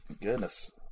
Goodness